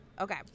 Okay